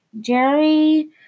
Jerry